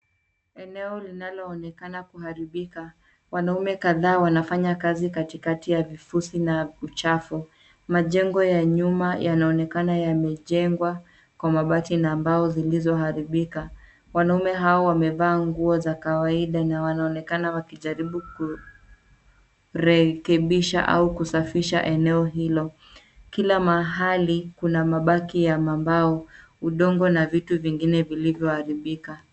Eneo linaloonekana kuharibika. Wanaume kadhaa wanafanya kazi katikati ya vifusi na uchafu. Majengo ya nyuma yanaonekana yamejengwa kwa mabati na mbao zilizoharibika. Wanaume hao wamevaa nguo za kawaida na wanaonekana wakijaribu kurekebisha au kusafisha eneo hilo. Kila mahali kuna mabaki ya mbao, udongo na vitu vingine vilivyoharibika.